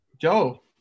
Joe